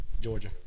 Georgia